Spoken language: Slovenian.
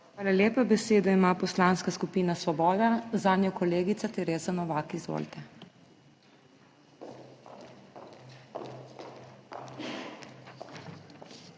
Hvala lepa. Besedo ima Poslanska skupina Svoboda, zanjo kolegica Tereza Novak. Izvolite. TEREZA